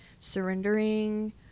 surrendering